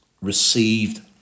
received